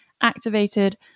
activated